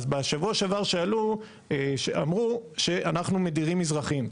אז בשבוע שעבר שאלו, אמרו שאנחנו מדירים מזרחים.